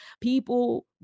People